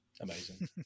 Amazing